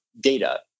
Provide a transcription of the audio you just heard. data